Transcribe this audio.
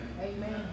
Amen